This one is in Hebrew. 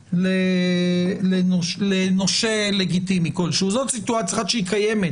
כסף לנושה לגיטימי כל שהוא וזאת סיטואציה אחת שהיא קיימת,